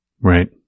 right